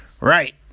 Right